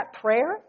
prayer